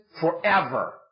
forever